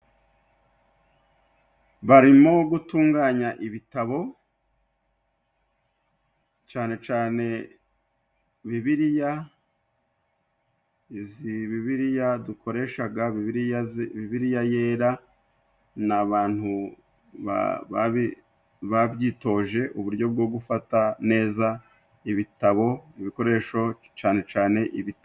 Barimo gutunganya ibitabo, cyane cyane bibiliya, izi bibiliya dukoresha, bibiliya yera. Ni abantu babyitoje, uburyo bwo gufata neza ibitabo, ibikoresho cyane cyane ibitabo.